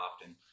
often